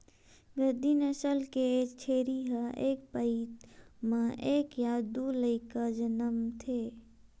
गद्दी नसल के छेरी ह एक पइत म एक य दू लइका जनमथे